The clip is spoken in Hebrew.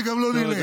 וגם לא נלך.